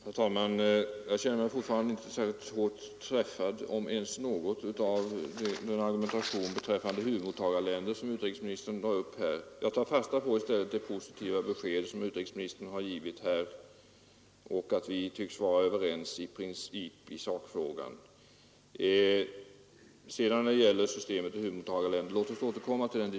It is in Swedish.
Herr talman! Jag känner mig fortfarande inte särskilt hårt träffad, om ens något, av den argumentation beträffande huvudmottagarländer som utrikesministern anförde. Jag tar i stället fasta på det positiva besked utrikesministern har givit och att vi tycks vara överens i princip i sakfrågan. Låt oss återkomma till diskussionen om systemet med huvudmottagarländer senare.